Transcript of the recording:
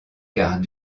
quart